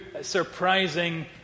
surprising